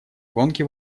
гонки